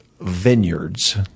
vineyards